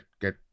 get